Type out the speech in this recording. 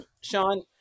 Sean